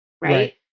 right